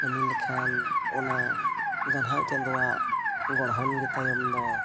ᱠᱟᱹᱢᱤ ᱞᱮᱠᱷᱟᱱ ᱚᱱᱟ ᱜᱟᱱᱦᱟᱣ ᱪᱟᱸᱫᱚᱣᱟᱜ ᱜᱚᱲᱦᱚᱱ ᱜᱮᱛᱟᱭ ᱩᱱᱫᱚ